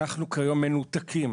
אנחנו כיום מנותקים